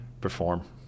perform